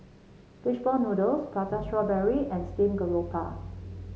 fish ball noodles Prata Strawberry and Steamed Garoupa